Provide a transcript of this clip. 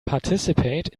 participate